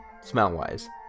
Smell-wise